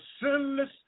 sinless